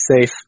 safe